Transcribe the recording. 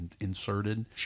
inserted